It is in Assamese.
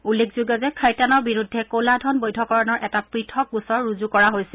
উল্লেখযোগ্য যে খৈতানৰ বিৰুদ্ধে কলা ধন বৈধকৰণৰ এটা পথক গোচৰ ৰুজু কৰা হৈছিল